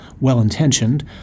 well-intentioned